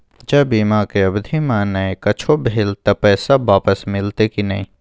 ज बीमा के अवधि म नय कुछो भेल त पैसा वापस मिलते की नय?